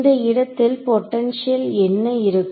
இந்த இடத்தில் பொட்டன்ஷியல் என்ன இருக்கும்